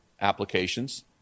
applications